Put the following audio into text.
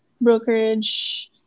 brokerage